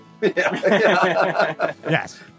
Yes